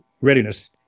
readiness